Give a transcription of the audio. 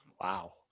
Wow